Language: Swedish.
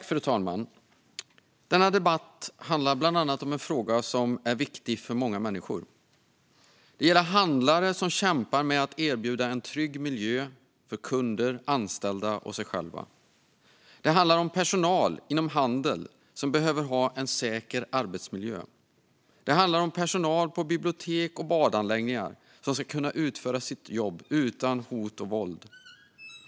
Fru talman! Denna debatt handlar bland annat om en fråga som är viktig för många människor. Det gäller handlare som kämpar med att erbjuda en trygg miljö för kunder, anställda och sig själva. Det handlar om personal inom handeln som behöver ha en säker arbetsmiljö. Det handlar om personal på bibliotek och badanläggningar som ska kunna utföra sitt jobb utan hot och våld.